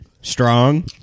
strong